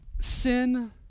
Sin